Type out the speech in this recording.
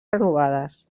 renovades